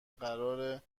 قراره